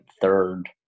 third